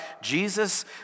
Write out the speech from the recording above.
Jesus